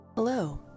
Hello